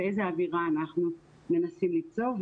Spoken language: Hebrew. ואיזו אווירה אנחנו מנסים ליצור,